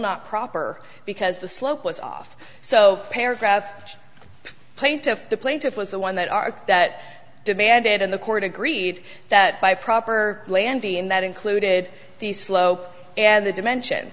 not proper because the slope was off so paragraph the plaintiff the plaintiff was the one that arc that demanded in the court agreed that by proper landy and that included the slope and the dimension